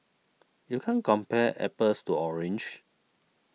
you can't compare apples to orange